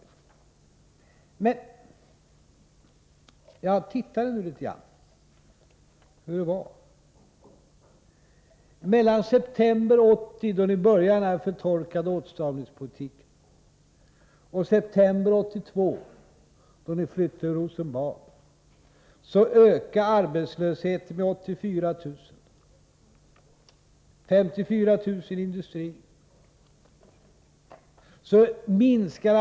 Jag har tittat litet på hur det var. Mellan september 1980, då ni började den här förtorkade åtstramningspolitiken, och september 1982, då ni flytt till Rosenbad, ökade arbetslösheten med 84 000 personer, därav 54 000 i industrin.